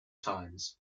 times